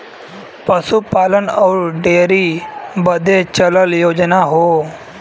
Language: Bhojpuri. पसूपालन अउर डेअरी बदे चलल योजना हौ